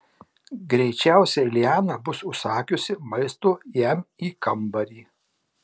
greičiausiai liana bus užsakiusi maisto jam į kambarį